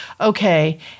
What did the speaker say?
Okay